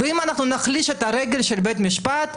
ואם נחליש את הרגל של בתי המשפט,